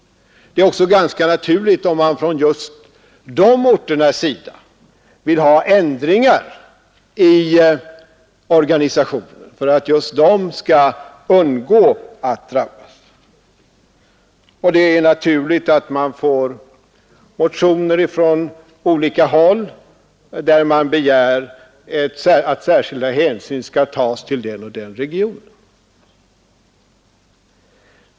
Det är ganska naturligt om man från de orternas sida vill ha ändringar i organisationen för att just de skall undgå att drabbas. Det är också naturligt att vi får motioner från olika håll med önskemål om att särskilda hänsyn skall tas till den och den regionen.